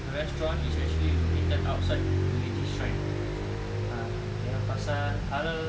restaurant is actually located outside meiji shrine ah yang pasal halal